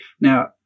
Now